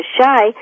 shy